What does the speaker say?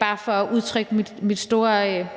bare for at udtrykke mit store